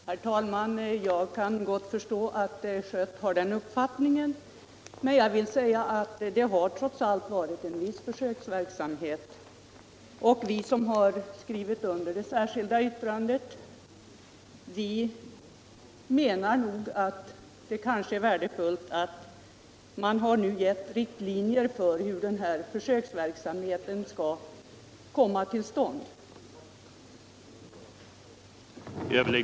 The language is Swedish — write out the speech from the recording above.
Herr talman! Jag kan gott förstå aut herr Schött har den uppfattningen. Men jag vill säga att det trots allt redan har varit en viss försöksverksamhet. Vi som skrivit under det särskilda yttrandet menar att det är värdefullt att riktlinjer nu har givits för hur den ytterligare försöksverksamheten skall komma till stånd.